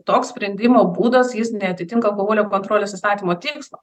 toks sprendimo būdas jis neatitinka alkoholio kontrolės įstatymo tikslo